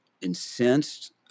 incensed